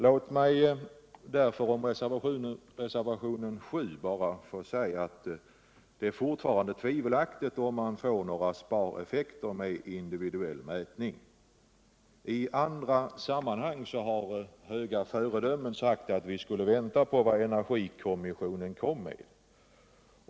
Låt mig därför om reservationen 7 bara säga att det fortfarande är tvivelaktigt om det blir någon spareffekt med individuell mätning. I andra sammanhang har höga föredömen sagt att vi skall vänta på vad energikommissionen kommer med.